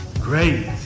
great